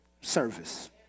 service